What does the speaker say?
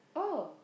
oh